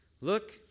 look